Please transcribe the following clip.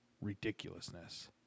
ridiculousness